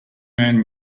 man